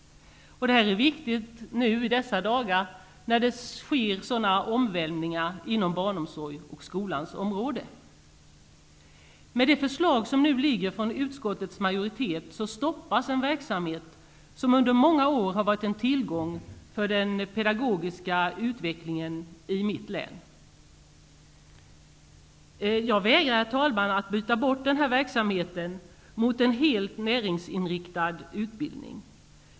Det här är viktigt nu i dessa dagar när det sker sådana omvälvningar inom barnomsorgens och skolans område. Med det förslag som nu ligger från utskottets majoritet stoppas en verksamhet som under många år har varit en tillgång för den pedagogiska utvecklingen i mitt län. Herr talman! Jag vägrar att byta bort denna verksamhet mot en helt näringsinriktad utbildning.